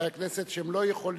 לחברי הכנסת שהם לא יכולים